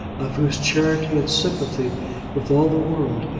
of whose charity and sympathy with all the world,